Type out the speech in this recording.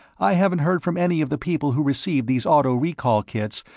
i haven't heard from any of the people who received these auto-recall kits,